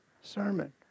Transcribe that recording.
sermon